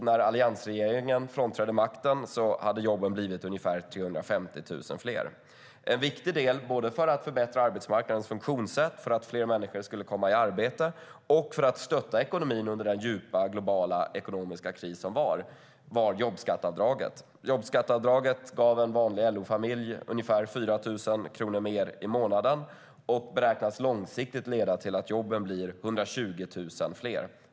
När alliansregeringen frånträdde makten hade jobben blivit ungefär 350 000 fler. En viktig del både för att förbättra arbetsmarknadens funktionssätt så att fler människor skulle komma i arbete och för att stötta ekonomin under den djupa globala ekonomiska krisen var jobbskatteavdraget. Jobbskatteavdraget gav en vanlig LO-familj ungefär 4 000 kronor mer i månaden. Det beräknas långsiktigt leda till att jobben blir 120 000 fler.